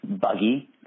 buggy